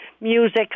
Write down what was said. music